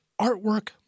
artwork